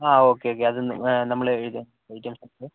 ആ okay okay അത് നമ്മൾ എഴുതാം ഒറ്റ മിനിറ്റെ